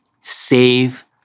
save